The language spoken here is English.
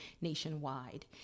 nationwide